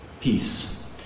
peace